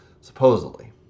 supposedly